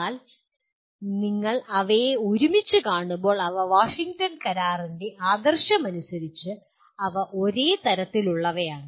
എന്നാൽ നിങ്ങൾ അവയെ ഒരുമിച്ച് കാണുമ്പോൾ അവ വാഷിംഗ്ടൺ കരാറിന്റെ ആദർശമനുസരിച്ച് അവ ഒരേ തരത്തിലുള്ളവയാണ്